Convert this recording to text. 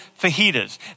fajitas